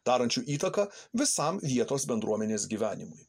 darančiu įtaką visam vietos bendruomenės gyvenimui